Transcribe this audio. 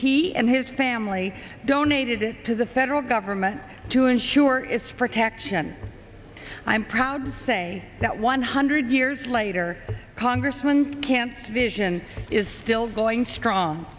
he and his family donated it to the federal government to ensure its protection i'm proud to say that one hundred years later congressman can vision is still going strong